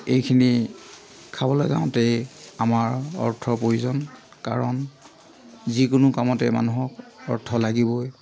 এইখিনি খাবলৈ যাওঁতেই আমাৰ অৰ্থৰ প্ৰয়োজন কাৰণ যিকোনো কামতে মানুহক অৰ্থ লাগিবই